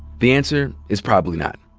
the answer is probably not.